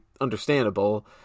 understandable